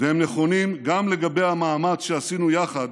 והם נכונים גם לגבי המאמץ שעשינו יחד